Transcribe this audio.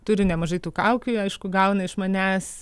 turi nemažai tų kaukių aišku gauna iš manęs